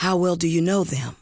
how well do you know the